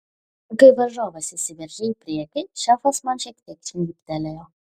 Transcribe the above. kai varžovas įsiveržė į priekį šefas man šiek tiek žnybtelėjo